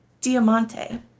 Diamante